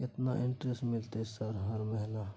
केतना इंटेरेस्ट मिलते सर हर महीना?